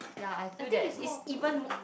yea I feel that is even mo~